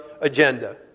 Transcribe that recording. agenda